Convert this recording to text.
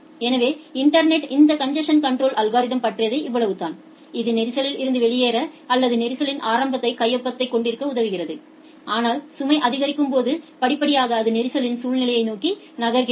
எனவே இன்டர்நெட்டில் இந்த காங்கேசஷன் கன்ட்ரோல் அல்கோரிததை பற்றியது இவ்வளவுதான் இது நெரிசலில் இருந்து வெளியேற அல்லது நெரிசலின் ஆரம்ப கையொப்பத்தைக் கொண்டிருக்க உதவுகிறது ஆனால் சுமை அதிகரிக்கும் போது படிப்படியாக அது நெரிசலின் சூழ்நிலையை நோக்கி நகர்கிறது